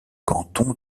canton